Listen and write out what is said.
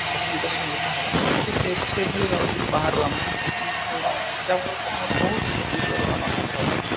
ଅସୁବିଧା ହବ ନାହିଁ କିନ୍ତୁ ସେ ସେଭଳି ଭାବେ ଯଦି ବାହାରୁ ଆମେ କିଛି କିଣି ଖାଇବା ଯାହାଫଳରେ ଆମର ବହୁତ କ୍ଷତି ପୂରଣ ହେଇଥାଉଛି